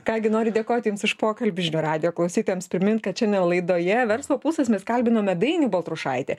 ką gi noriu dėkoti jums už pokalbį žinių radijo klausytojams primint kad šiandien laidoje verslo pulsas mes kalbinome dainių baltrušaitį